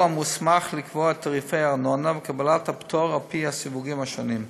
המוסמך לקבוע את תעריפי הארנונה וקבלת הפטור על פי הסיווגים השונים.